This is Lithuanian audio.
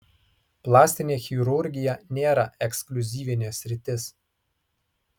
plastinė chirurgija nėra ekskliuzyvinė sritis